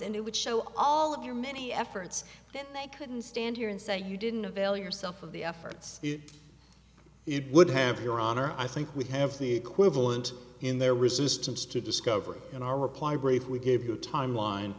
it would show all of your many efforts that i couldn't stand here and say you didn't avail yourself of the efforts it would have your honor i think we have the equivalent in their resistance to discovery in our reply brief we gave you a timeline